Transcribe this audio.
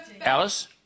alice